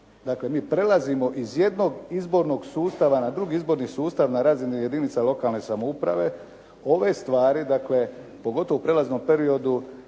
Dakle, mi prelazimo iz jednog izbornog sustava na drugi izborni sustav na razini jedinica lokalne samouprave. Ove stvari dakle pogotovo u prelaznom periodu